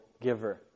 giver